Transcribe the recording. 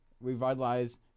Revitalize